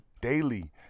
Daily